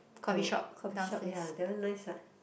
our coffeeshop ya that one nice what